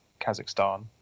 Kazakhstan